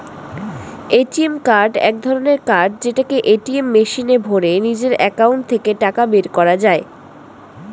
ATM card এক ধরণের card যেটাকে এটিএম মেশিনে ভরে নিজের একাউন্ট থেকে টাকা বের করা যায়